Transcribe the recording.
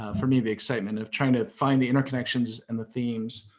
ah for me, the excitement of trying to find the interconnections and the themes.